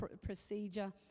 procedure